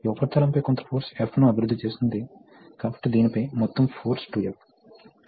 మరియు ఈ ప్రవాహం రేటుతో మనకు తక్కువ వేగం ఉంది కాబట్టి ఇది సర్క్యూట్ యొక్క ప్రయోజనం